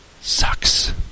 sucks